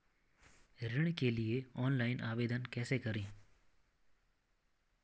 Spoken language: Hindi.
ऋण के लिए ऑनलाइन आवेदन कैसे करें?